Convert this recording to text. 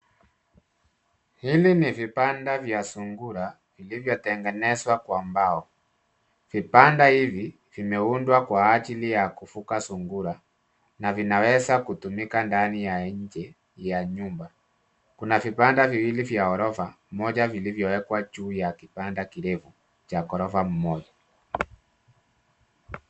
Hili ni vbanda vya sungura vilivyotengenezwa kwa mbao, vibanda hivi vimeundwa kwa ajili ya kufuga sungura na vinaweza kutumika ndani ya nje ya nyumba. Kuna vibanda viwili vya ghorofa, moja vilivyowekwa juu ya kibanda kirefu cha ghorofa moja.